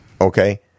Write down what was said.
okay